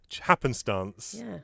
Happenstance